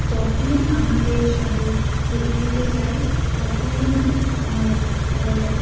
যখনই আমাদের শহর ধূপগুড়িতে যাই তখনই আমার খাওয়ার